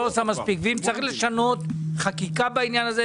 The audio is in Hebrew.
אם צריך לשנות חקיקה בעניין הזה,